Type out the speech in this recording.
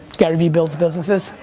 gary vee builds businesses.